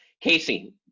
Casey